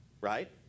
right